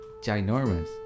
ginormous